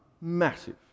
Massive